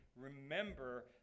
remember